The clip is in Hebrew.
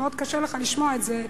שמאוד קשה לך לשמוע את זה,